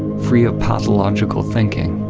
free of pathological thinking.